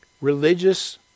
Religious